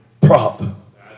prop